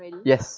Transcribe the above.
yes